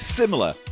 Similar